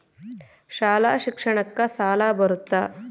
ಶಾಲಾ ಶಿಕ್ಷಣಕ್ಕ ಸಾಲ ಬರುತ್ತಾ?